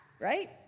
Right